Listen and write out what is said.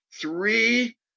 three